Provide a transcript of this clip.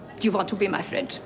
do you want to be my friend